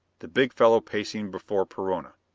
the big fellow pacing before perona.